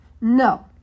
No